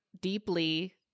deeply